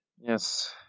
Yes